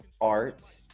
art